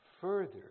further